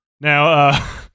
Now